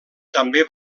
també